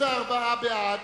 34 בעד,